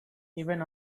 even